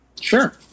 Sure